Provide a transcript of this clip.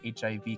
HIV